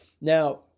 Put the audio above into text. Now